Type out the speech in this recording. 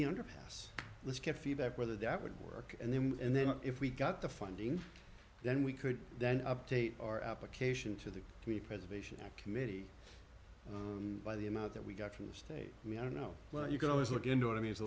the underpass let's get feedback whether that would work and then and then if we got the funding then we could then update our application to the week preservation committee by the amount that we got from the state we don't know whether you can always look into it i mean it's a